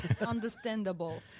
Understandable